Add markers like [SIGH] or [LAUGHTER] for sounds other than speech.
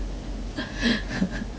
[NOISE]